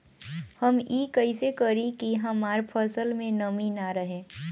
हम ई कइसे करी की हमार फसल में नमी ना रहे?